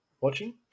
watching